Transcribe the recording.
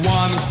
one